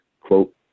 quote